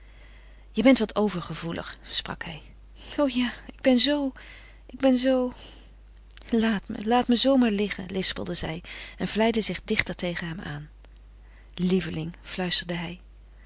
je bent wat overgevoelig sprak hij o ja ik ben zoo ik ben zoo laat me laat me zoo maar liggen lispelde zij en vlijde zich dichter tegen hem aan lieveling fluisterde hij